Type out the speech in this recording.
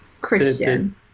christian